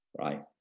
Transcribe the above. right